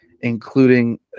including